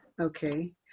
Okay